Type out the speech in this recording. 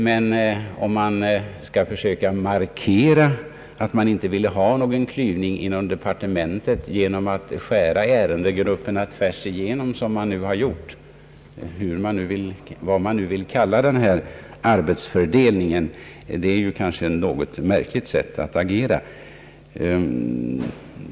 Men att försöka markera att man inte ville ha någon klyvning inom departementet genom att skära tvärs igenom ärendegrupperna som man har gjort — eller hur nu den här arbetsfördelningen skall beskrivas — är kanske ett något märkligt sätt att agera.